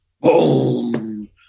boom